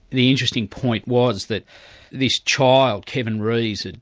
the interesting point was that this child, kevin reeves, and